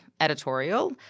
editorial